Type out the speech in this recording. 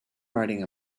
riding